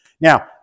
Now